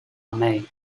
mei